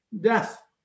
death